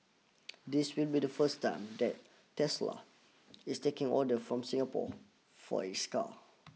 this will be the first time that Tesla is taking orders from Singapore for its cars